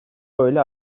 böyle